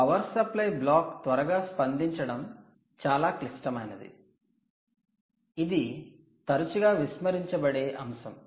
power supply block త్వరగా స్పందించడం చాలా క్లిష్టమైనది ఇది తరచుగా విస్మరించబడే అంశం